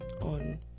on